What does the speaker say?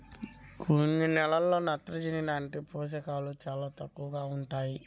కొన్ని నేలల్లో నత్రజని లాంటి పోషకాలు చాలా తక్కువగా ఉంటాయి